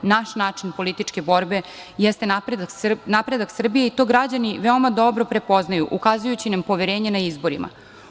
Naš način političke borbe jeste napredak Srbije i to građani veoma dobro prepoznaju, ukazujući nam poverenje na izborima.